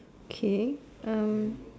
okay um